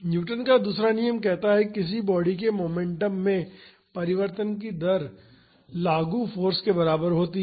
Newton का दूसरा नियम कहता है कि किसी बॉडी के मोमेंटम में परिवर्तन की दर लागू फाॅर्स के बराबर होती है